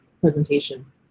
presentation